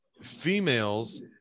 Females